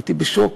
הייתי בשוק.